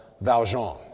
Valjean